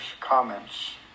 comments